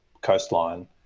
coastline